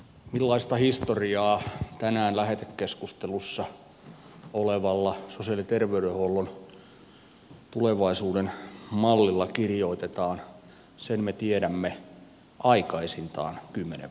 millaista historiaa tänään lähetekeskustelussa olevalla sosiaali ja terveydenhuollon tulevaisuuden mallilla kirjoitetaan sen me tiedämme aikaisintaan kymmenen vuoden päästä